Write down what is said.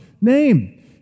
name